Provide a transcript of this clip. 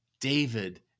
David